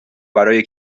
برای